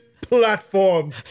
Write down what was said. platform